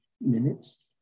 minutes